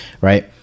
right